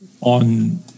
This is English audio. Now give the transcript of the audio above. on